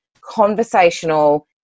conversational